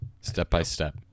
step-by-step